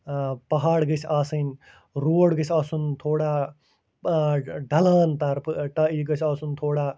پہاڑ گٔژھۍ آسٕنۍ روڈ گژھِ آسُن تھوڑا ڈھلان طرفہٕ یہِ گژھِ آسُن تھوڑا